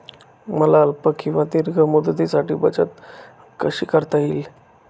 मला अल्प किंवा दीर्घ मुदतीसाठी बचत कशी करता येईल?